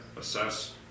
assess